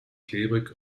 klebrig